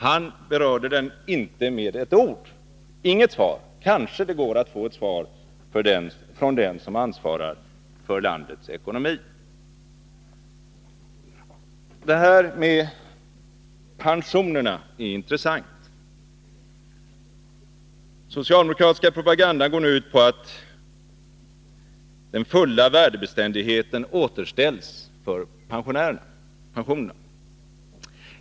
Han berörde den inte med ett ord. Jag fick inget svar. Det kanske går att få ett svar från den som ansvarar för landets ekonomi. Frågan om pensionerna är intressant. Socialdemokratisk propaganda går ut på att den fulla värdebeständigheten för pensionerna skall återställas.